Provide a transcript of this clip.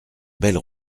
belle